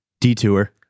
Detour